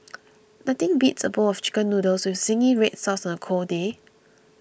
nothing beats a bowl of Chicken Noodles with Zingy Red Sauce on a cold day